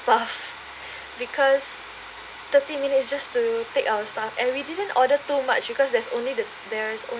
stuff because thirty minutes just to take our stuff and we didn't order too much because there's only the there is only